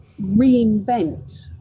reinvent